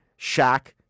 Shaq